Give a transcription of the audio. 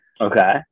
Okay